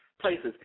places